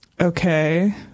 okay